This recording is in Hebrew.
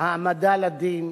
העמדה לדין: